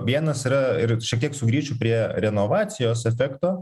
vienas yra ir šiek tiek sugrįšiu prie renovacijos efekto